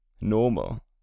normal